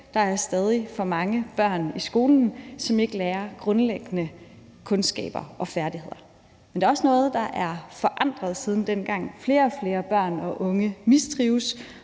Der er stadig for mange børn i skolen, som ikke lærer grundlæggende kundskaber og færdigheder, men der er også noget, der er forandret siden dengang. Flere og flere børn og unge mistrives,